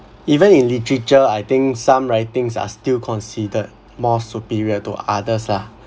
even in literature I think some writings are still considered more superior to others lah